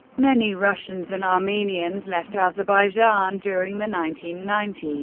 many russians and armenians left azerbaijan during the nineteen ninety